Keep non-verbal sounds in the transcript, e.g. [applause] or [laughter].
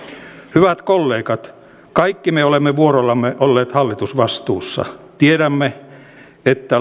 hyvät kollegat kaikki me olemme vuorollamme olleet hallitusvastuussa tiedämme että [unintelligible]